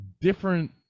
different